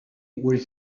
where